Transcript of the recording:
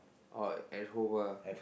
or at home ah